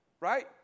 Right